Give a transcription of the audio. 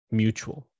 mutual